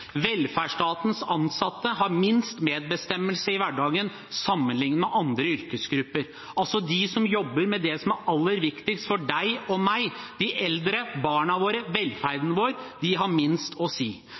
Velferdsstatens ansatte har minst medbestemmelse i hverdagen sammenlignet med andre yrkesgrupper. Altså: De som jobber med det som er aller viktigst for deg og meg, de eldre, barna våre,